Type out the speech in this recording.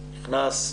קנס.